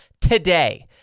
today